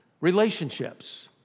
Relationships